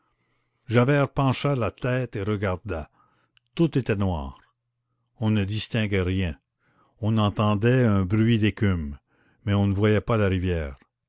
javert pencha la tête et regarda tout était noir on ne distinguait rien on entendait un bruit d'écume mais on ne voyait pas la rivière